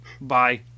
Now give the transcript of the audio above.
Bye